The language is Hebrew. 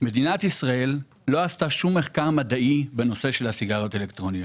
מדינת ישראל לא עשתה שום מחקר מדעי בנושא של הסיגריות האלקטרוניות.